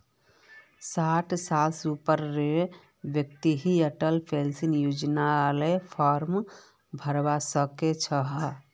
साठ साल स ऊपरेर व्यक्ति ही अटल पेन्शन योजनार फार्म भरवा सक छह